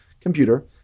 computer